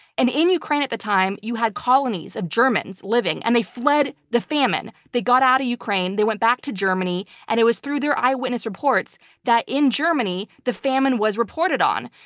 and in ukraine at the time, you had colonies of germans living, and they fled the famine. they got out of ukraine. they went back to germany, and it was through their eyewitness reports that in germany the famine was reported on.